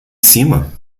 cima